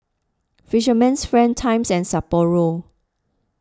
Fisherman's Friend Times and Sapporo